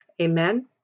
amen